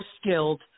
skilled